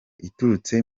iturutse